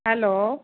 hello